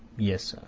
yes,